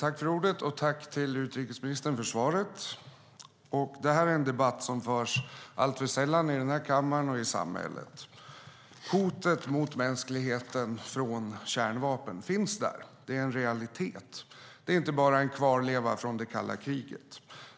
Herr talman! Jag tackar utrikesministern för svaret. Det här är en debatt som förs alltför sällan i kammaren och i samhället. Hotet mot mänskligheten från kärnvapen finns där; det är en realitet. Det är inte bara en kvarleva från det kalla kriget.